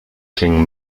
king